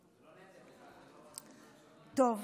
טוב,